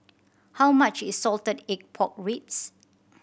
how much is salted egg pork ribs